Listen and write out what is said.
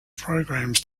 programs